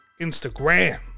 Instagram